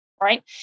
right